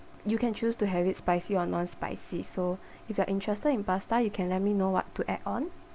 you can choose to have it spicy or non spicy so if you are interested in pasta you can let me know what to add on